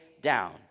down